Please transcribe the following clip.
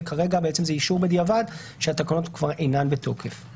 וכרגע בעצם זה אישור בדיעבד כשהתקנות כבר אינן בתוקף.